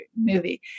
movie